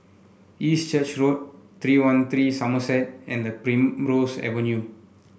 East Church Road Three One Three Somerset and Primrose Avenue